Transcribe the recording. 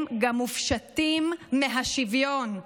הם גם מופשטים מהשוויון.